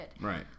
Right